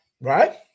right